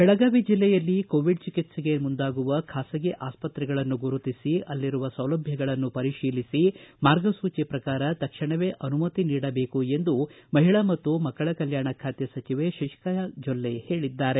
ಬೆಳಗಾವಿ ಜಿಲ್ಲೆಯಲ್ಲಿ ಕೋವಿಡ್ ಚಿಕಿತ್ಸೆಗೆ ಮುಂದಾಗುವ ಖಾಸಗಿ ಆಸ್ಪತ್ರೆಗಳನ್ನು ಗುರುತಿಸಿ ಅಲ್ಲಿರುವ ಸೌಲಭ್ಯಗಳನ್ನು ಪರಿತೀಲಿಸಿ ಮಾರ್ಗಸೂಚಿ ಪ್ರಕಾರ ತಕ್ಷಣವೇ ಅನುಮತಿ ನೀಡಬೇಕು ಎಂದು ಮಹಿಳಾ ಮತ್ತು ಮಕ್ಕಳ ಕಲ್ಕಾಣ ಖಾತೆ ಸಚಿವೆ ಶತಿಕಲಾ ಜೊಲ್ಲೆ ಹೇಳಿದ್ದಾರೆ